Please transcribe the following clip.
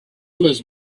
was